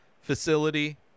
facility